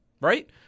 Right